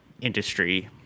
industry